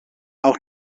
auch